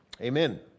amen